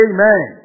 Amen